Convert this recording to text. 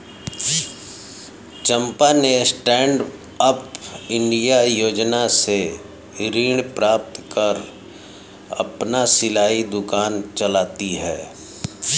चंपा ने stand up India योजना से ऋण प्राप्त कर अपना सिलाई दुकान चलाती है